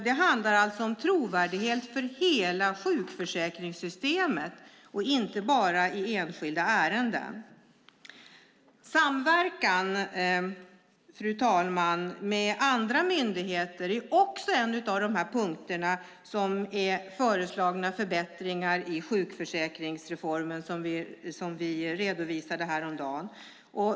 Det handlar om trovärdigheten för hela sjukförsäkringssystemet och inte bara i enskilda ärenden. Fru talman! Samverkan med andra myndigheter är också en av de punkter där det finns föreslagna förbättringar i sjukförsäkringsreformen, som vi redovisade häromdagen.